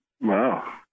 Wow